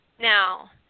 Now